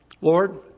Lord